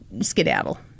skedaddle